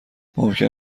ممکن